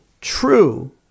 true